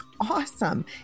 awesome